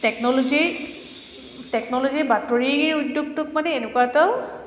টেকন'ল'জিয়ে টেকন'লজিয়ে বাতৰি উদ্যোগটোক মানে এনেকুৱা এটা